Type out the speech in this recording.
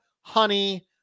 honey